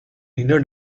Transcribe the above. nina